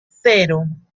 cero